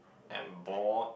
am bored